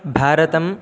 भारतम्